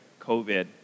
COVID